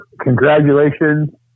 congratulations